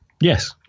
yes